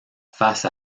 face